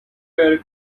were